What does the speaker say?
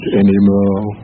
anymore